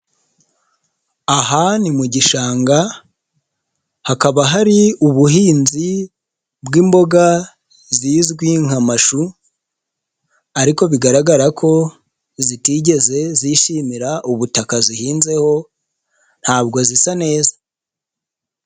Aha ni mu gishanga, hakaba hari ubuhinzi bwi'mboga zizwi nka mashu, ariko bigaragara ko zitigeze zishimira ubutaka zihinzeho, ntabwo zisa neza.